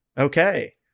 Okay